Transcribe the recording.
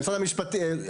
משרד המשפטים,